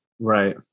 Right